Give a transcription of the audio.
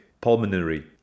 pulmonary